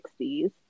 60s